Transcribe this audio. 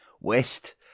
West